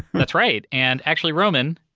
that's right. and actually, roman,